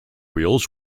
wheels